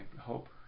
hope